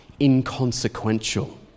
inconsequential